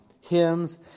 hymns